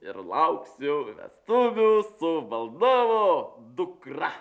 ir lauksiu vestuvių su valdovo dukra